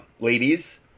ladies